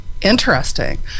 Interesting